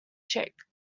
chick